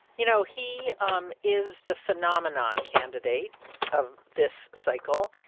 you know, he um is the phenomenon candidate of this cycle.